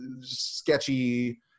sketchy